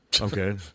Okay